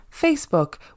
Facebook